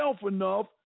enough